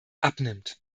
abnimmt